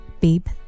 beep